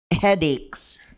headaches